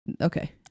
Okay